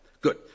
Good